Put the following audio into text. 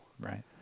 Right